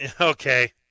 okay